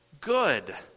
good